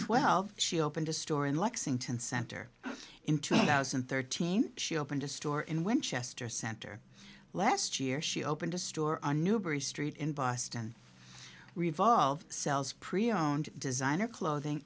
twelve she opened a store in lexington center in two thousand and thirteen she opened a store in winchester center last year she opened a store on newbury street in boston revolve sells pre owned designer clothing